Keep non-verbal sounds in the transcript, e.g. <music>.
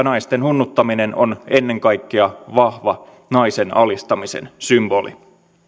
<unintelligible> naisten hunnuttaminen on ennen kaikkea vahva naisen alistamisen symboli